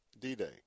D-Day